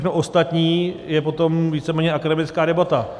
Všechno ostatní je potom víceméně akademická debata.